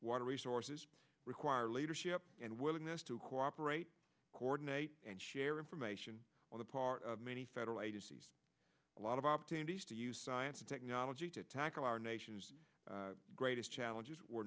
water resources require leadership and willingness to cooperate coordinate and share information on the part of many federal agencies a lot of opportunities to use science and technology to tackle our nation's greatest challenges